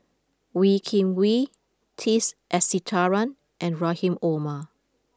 Wee Kim Wee T Sasitharan and Rahim Omar